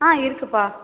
ஆ இருக்குதுப்பா